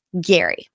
Gary